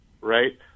right